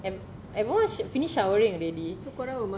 ev~ everyone sho~ finished showering already